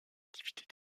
activités